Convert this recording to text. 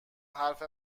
حرف